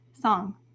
song